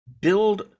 build